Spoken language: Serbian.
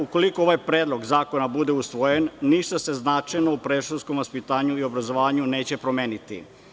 Ukoliko ovaj Predlog zakona bude usvojen, ništa se značajno u predškolskom vaspitanju i obrazovanju neće promeniti.